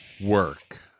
work